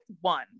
one